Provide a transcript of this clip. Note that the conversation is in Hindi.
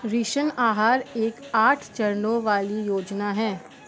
ऋण आहार एक आठ चरणों वाली योजना है